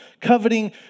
Coveting